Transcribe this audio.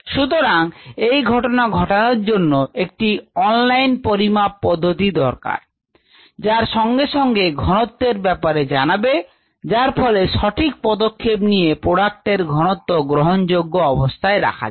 সুতরাং এই ঘটনা ঘটানোর জন্য একটি অনলাইন পরিমাপ পদ্ধতি দরকার যা সঙ্গে সঙ্গে ঘনত্বের ব্যাপারে জানাবে যার ফলে সঠিক পদক্ষেপ নিয়ে প্রোডাক্ট এর ঘনত্ব গ্রহণযোগ্য অবস্থায় রাখা যায়